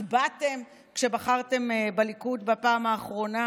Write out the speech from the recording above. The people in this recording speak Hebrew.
שהצבעתם כשבחרתם בליכוד בפעם האחרונה?